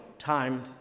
time